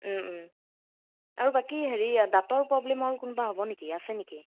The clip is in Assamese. আৰু বাকী হেৰি দাঁতৰ প্ৰব্লেমৰ কোনবা হ'ব নেকি আছে নেকি